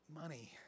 money